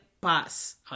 Paz